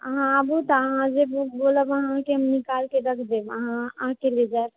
अहाँ आबू तऽ अहाँ जे बुक बोलब अहाँकेॅं निकालि के दऽ देब अहाँकेॅं मिल जायत